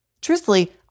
Truthfully